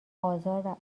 آزار